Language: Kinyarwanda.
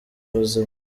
buzima